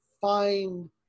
find